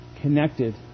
connected